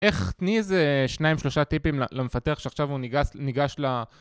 איך? תני איזה 2-3 טיפים למפתח שעכשיו הוא ניגש ל...